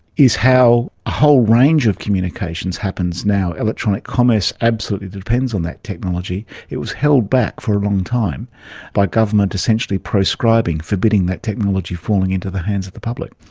is how a whole range of communications happens now. now. electronic commerce absolutely depends on that technology. it was held back for a long time by government essentially prescribing, forbidding that technology falling into the hands of the public.